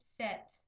set